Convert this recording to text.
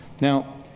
Now